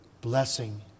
blessing